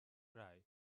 cry